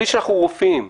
בלי שאנחנו רופאים,